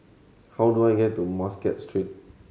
how do I get to Muscat Street